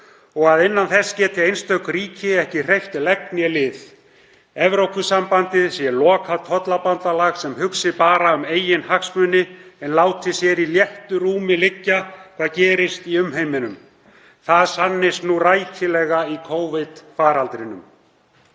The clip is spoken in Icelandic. og að innan þess geti einstök ríki hvorki hreyft legg né lið, Evrópusambandið sé lokað tollabandalag sem hugsi bara um eigin hagsmuni en láti sér í léttu rúmi liggja hvað gerist í umheiminum. Það sannist nú rækilega í Covid-faraldrinum.